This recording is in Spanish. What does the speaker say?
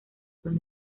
son